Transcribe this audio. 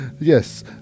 yes